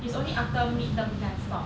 it's only after midterm then I stop